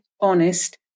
honest